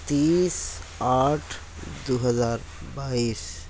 تیس آٹھ دو ہزار بائیس